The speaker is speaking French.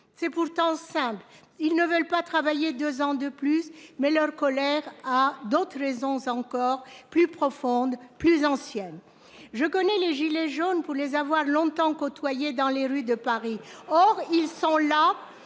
C'est pourtant simple, ils ne veulent pas travailler 2 ans de plus. Mais leur colère à d'autres raisons encore plus profonde plus ancienne je connais les gilets jaunes pour les avoir longtemps côtoyé dans les rues de Paris. Or ils sont là